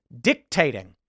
dictating